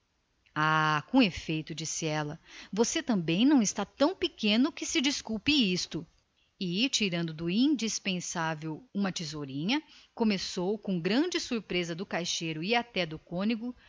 ah censurou ela você também não é tão pequeno que se desculpe isto e tirando do seu indispensável uma tesourinha começou com grande surpresa do caixeiro e até do cônego